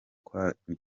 kwandikwa